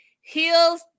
heels